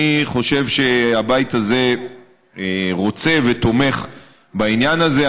אני חושב שהבית הזה רוצה ותומך בעניין הזה.